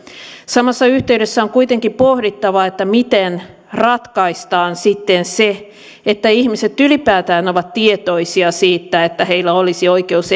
samassa yhteydessä on kuitenkin pohdittava miten ratkaistaan sitten se että ihmiset ylipäätään ovat tietoisia siitä että heillä olisi oikeus